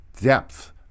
depth